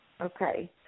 Okay